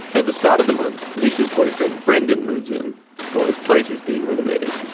at the start of the month lisa's boyfriend brendan moves in while his place is being renovated.